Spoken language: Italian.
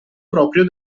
proprio